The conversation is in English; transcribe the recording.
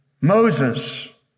Moses